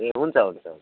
ए हुन्छ हुन्छ हुन्छ